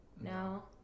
No